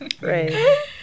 right